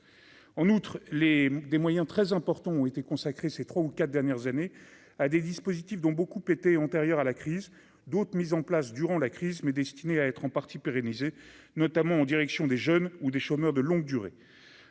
en outre les des moyens très importants ont été consacrés ces 3 ou 4 dernières années à des dispositifs dont beaucoup étaient antérieurs à la crise, d'autres mises en place durant la crise mais destiné à être en partie pérennisée, notamment en direction des jeunes ou des chômeurs de longue durée,